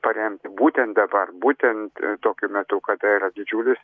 paremti būtent dabar būtent tokiu metu kada yra didžiulis